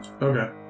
Okay